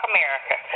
America